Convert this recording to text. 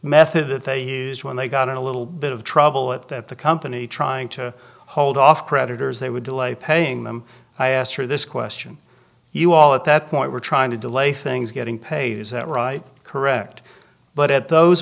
method that they used when they got in a little bit of trouble at that the company trying to hold off creditors they would delay paying them i asked her this question you all at that point were trying to delay things getting paid is that right correct but at those